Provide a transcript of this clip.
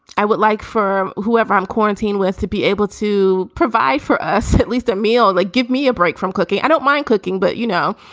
i would like for whoever i'm quarantine with to be able to provide for us at least a meal like give me a break from cooking. i don't mind cooking, but, you know,